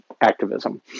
activism